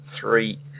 three